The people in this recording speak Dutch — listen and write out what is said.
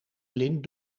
lint